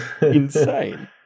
insane